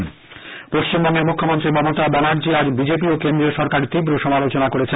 তৃণমূল পশ্চিমবঙ্গের মুখ্যমন্ত্রী মমতা ব্যানার্জী আজ বিজেপি ও কেন্দ্রীয় সরকারের তীব্র সমালোচনা করেছেন